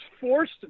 forced